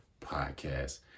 Podcast